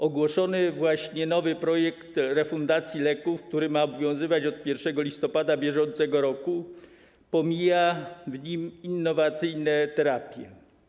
Ogłoszony właśnie nowy projekt refundacji leków, który ma obowiązywać od 1 listopada br., pomija w nim innowacyjne terapie.